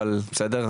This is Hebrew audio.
אבל בסדר.